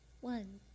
One